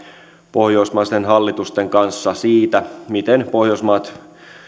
pohjoismaisten hallitusten kanssa siitä miten pohjoismaat